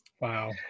Wow